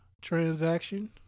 transaction